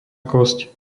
kosť